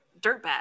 dirtbag